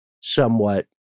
somewhat